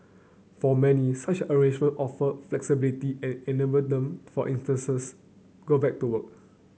for many such arrangement offer flexibility and enable them for go back to work